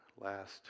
last